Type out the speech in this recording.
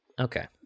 Okay